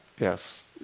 Yes